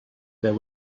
there